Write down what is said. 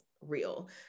real